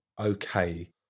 okay